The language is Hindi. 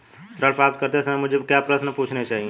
ऋण प्राप्त करते समय मुझे क्या प्रश्न पूछने चाहिए?